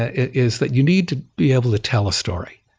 is that you need to be able to tell a story.